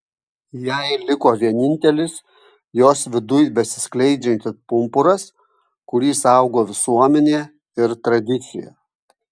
jai liko vienintelis jos viduj besiskleidžiantis pumpuras kurį saugo visuomenė ir tradicija